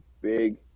Big